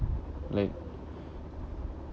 like